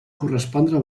correspondre